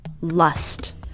lust